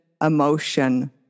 emotion